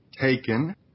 taken